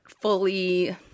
fully